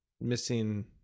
missing